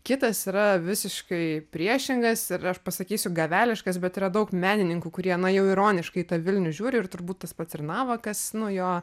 kitas yra visiškai priešingas ir aš pasakysiu gaveliškas bet yra daug menininkų kurie na jau ironiškai į tą vilnius žiūri ir turbūt tas pats ir navakas nu jo